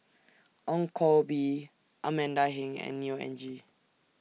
Ong Koh Bee Amanda Heng and Neo Anngee